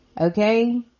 okay